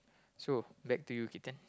so back to you Keaton